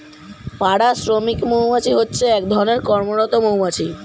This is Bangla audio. পাড়া শ্রমিক মৌমাছি হচ্ছে এক ধরণের কর্মরত মৌমাছি